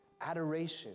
adoration